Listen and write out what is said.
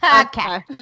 Okay